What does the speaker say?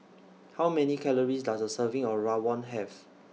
How Many Calories Does A Serving of Rawon Have